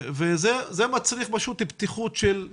זה מצריך פתיחות גם באוצר,